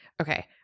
Okay